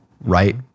right